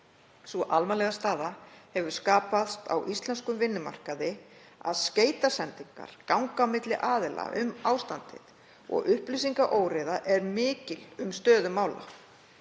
Sú alvarlega staða hefur skapast á íslenskum vinnumarkaði að skeytasendingar ganga á milli aðila um ástandið og upplýsingaóreiða er mikil um stöðu mála.